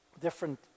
different